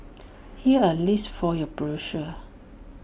here's A list for your perusal